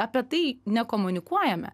apie tai nekomunikuojame